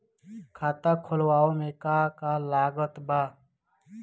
खाता खुलावे मे का का लागत बा?